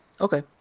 Okay